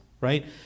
right